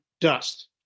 dust